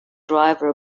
driver